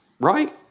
Right